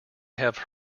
have